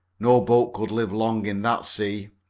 no boat could live long in that sea.